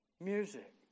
music